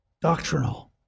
doctrinal